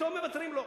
פתאום מוותרים לו.